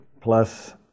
plus